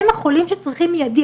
הם החולים שצריכים עזרה מיידית,